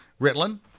Ritland